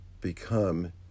become